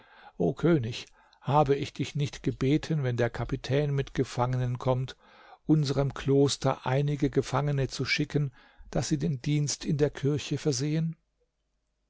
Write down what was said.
o könig habe ich dich nicht gebeten wenn der kapitän mit gefangenen kommt unserem kloster einige gefangene zu schicken daß sie den dienst in der kirche versehen